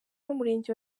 n’umurenge